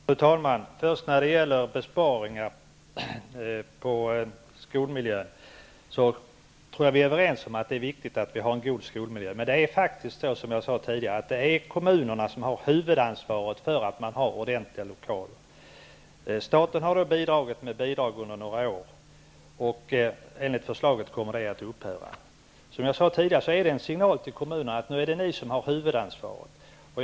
Fru talman! När det först gäller besparingar på skolmiljön, tror jag att vi är överens om att det är viktigt att vi har en god skolmiljö. Men det är faktiskt på det sättet, som jag sade tidigare, att det är kommunerna som har huvudansvaret för att lokalerna är ordentliga. Staten har betalat ut bidrag under några år, men enligt förslaget kommer detta bidrag att upphöra. Detta är en signal till kommunerna att det nu är dessa som har huvudansvaret.